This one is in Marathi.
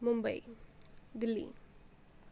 मुंबई दिल्ली